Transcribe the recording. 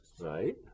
right